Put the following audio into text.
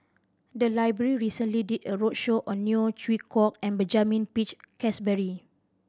the library recently did a roadshow on Neo Chwee Kok and Benjamin Peach Keasberry